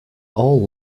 all